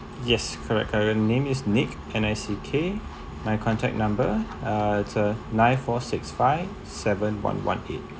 yes correct correct name is nick N I C K my contact number it's uh nine four six five seven one one eight